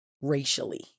racially